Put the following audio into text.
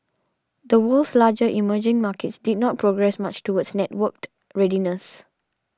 the world's larger emerging markets did not progress much towards networked readiness